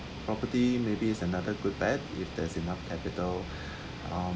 property maybe is another good bet if there's enough capital um